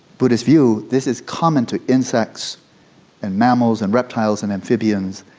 buddhist view, this is common to insects and mammals and reptiles and amphibians.